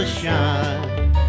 shine